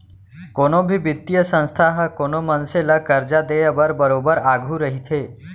कोनो भी बित्तीय संस्था ह कोनो मनसे ल करजा देय बर बरोबर आघू रहिथे